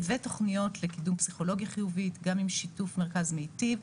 ותוכניות לקידום פסיכולוגיה חיובית גם עם שיתוף מרכז מיטיב,